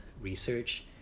research